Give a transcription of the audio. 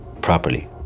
properly